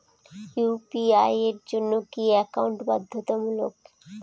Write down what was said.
UPI এর জন্য কি একাউন্ট বাধ্যতামূলক?